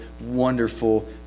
wonderful